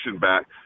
back